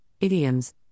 idioms